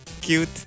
Cute